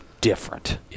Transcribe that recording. different